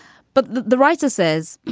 but the writer says